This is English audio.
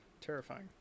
terrifying